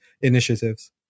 initiatives